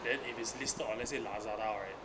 then if it's listed on let's say Lazada right